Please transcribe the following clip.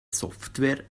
software